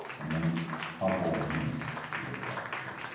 and then help all beings to wake up, too.